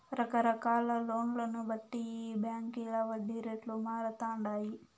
రకరకాల లోన్లను బట్టి ఈ బాంకీల వడ్డీ రేట్లు మారతండాయి